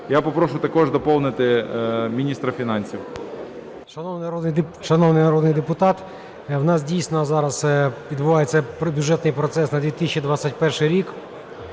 Я попрошу також доповнити міністра фінансів. 11:18:55 МАРЧЕНКО С.М. Шановний народний депутат, в нас дійсно зараз відбувається бюджетний процес на 2021 рік.